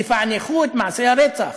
תפענחו את מעשי הרצח,